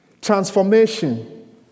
transformation